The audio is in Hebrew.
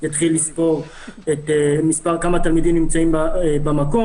יתחיל לספור כמה תלמידים נמצאים במקום.